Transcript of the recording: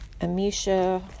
Amisha